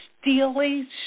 steely